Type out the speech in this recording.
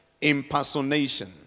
impersonation